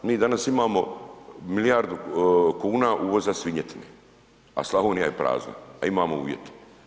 Mi danas imamo milijardu kuna uvoza svinjetine a Slavonija je prazna a imamo uvjete.